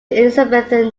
elizabethan